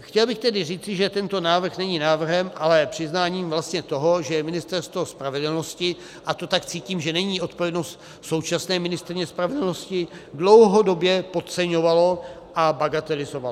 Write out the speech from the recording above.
Chtěl bych tedy říci, že tento návrh není návrhem, ale přiznáním vlastně toho, že Ministerstvo spravedlnosti, a to tak cítím, že není odpovědnost současné ministryně spravedlnosti, dlouhodobě podceňovalo a bagatelizovalo.